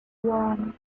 worm